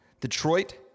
Detroit